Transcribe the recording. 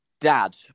dad